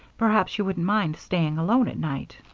perhaps you wouldn't mind staying alone at night.